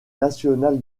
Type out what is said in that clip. national